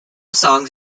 songs